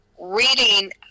reading